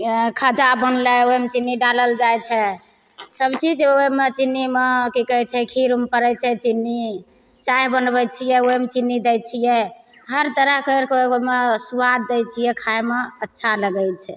आयँ खाजा बनलै ओहिमे चीन्नी डालल जाइत छै सब चीज ओहिमे चीन्नीमे की कहैत छै खीरमे पड़ैत छै चीन्नी चाय बनबैत छियै ओहिमे चीन्नी दै छियै हर तरह करिके ओहिमे स्वाद दै छियै खाइमे अच्छा लगैत छै